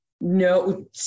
No